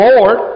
Lord